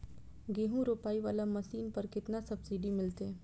गेहूं रोपाई वाला मशीन पर केतना सब्सिडी मिलते?